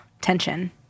tension